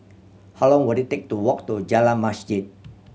how long will it take to walk to Jalan Masjid